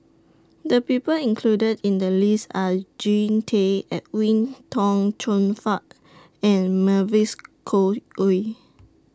The People included in The list Are Jean Tay Edwin Tong Chun Fai and Mavis Khoo Oei